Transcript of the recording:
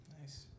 Nice